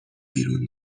بیرون